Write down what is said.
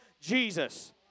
Jesus